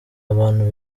abantu